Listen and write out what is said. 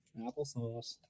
Applesauce